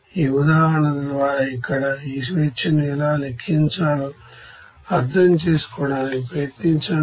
ఈ ఉదాహరణల ద్వారా అక్కడ ఈ స్ను ఎలా లెక్కించాలో అర్థం చేసుకోవడానికి ప్రయత్నించండి